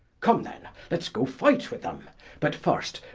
come, then let's go fight with them but first,